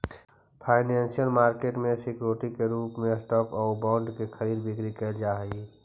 financial market में security के रूप में स्टॉक आउ बॉन्ड के खरीद बिक्री कैल जा हइ